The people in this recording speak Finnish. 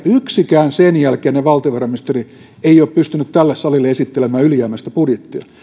yksikään sen jälkeinen valtiovarainministeri ei ole pystynyt tälle salille esittelemään ylijäämäistä budjettia